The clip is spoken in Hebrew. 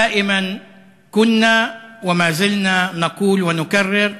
תמיד אמרנו ואנו חוזרים ואומרים: